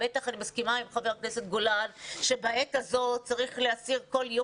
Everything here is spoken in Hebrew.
אני מסכימה עם חבר הכנסת גולן שבעת הזאת צריך להסיר כל איום,